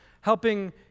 helping